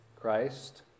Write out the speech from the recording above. Christ